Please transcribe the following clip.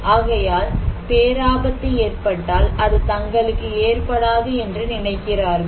ஆகையால் பேராபத்து ஏற்பட்டால் அது தங்களுக்கு ஏற்படாது என்று நினைக்கிறார்கள்